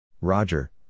Roger